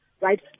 right